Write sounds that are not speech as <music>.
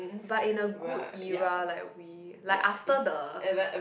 but in a good era like we like after the <noise>